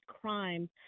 crime